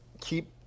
keep